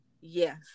Yes